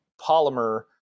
Polymer